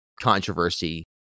controversy